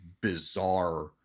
bizarre